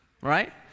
right